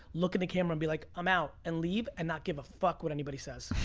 look in the camera, and be like, i'm out, and leave and not give a fuck what anybody says.